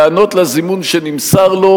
להיענות לזימון שנמסר לו,